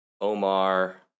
Omar